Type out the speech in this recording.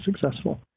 successful